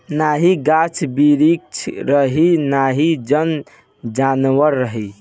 नाही गाछ बिरिछ रही नाही जन जानवर रही